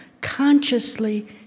consciously